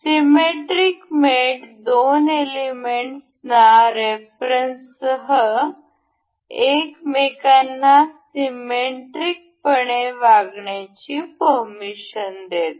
symmetric mate दोन एलिमेंट्सना रेफरन्ससह एकमेकांना सीमॅट्रिकपणे वागण्याची परमिशन देते